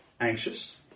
anxious